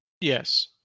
yes